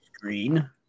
green